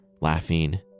laughing